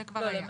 זה כבר היה.